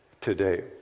today